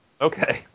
Okay